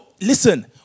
listen